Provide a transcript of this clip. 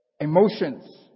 emotions